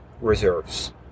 reserves